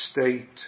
state